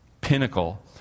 pinnacle